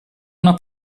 una